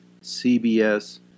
CBS